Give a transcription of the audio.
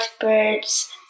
birds